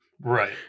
Right